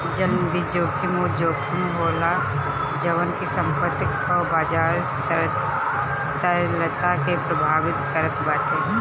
चलनिधि जोखिम उ जोखिम होला जवन की संपत्ति कअ बाजार के तरलता के प्रभावित करत बाटे